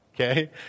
okay